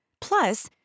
Plus